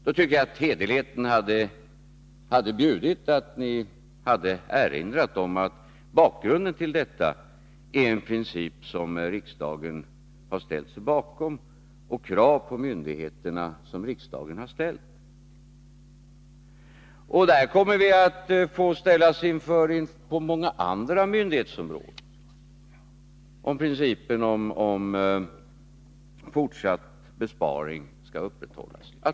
Då tycker jag att hederligheten hade bjudit att ni hade erinrat er att bakgrunden till detta är en princip som riksdagen har ställt sig bakom och krav som riksdagen har ställt på myndigheterna. Det här kommer vi att få ställas inför på många andra myndighetsområden, om principen om fortsatt besparing skall upprätthållas.